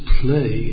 play